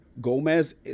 Gomez